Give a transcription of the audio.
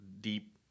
deep